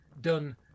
done